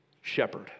Shepherd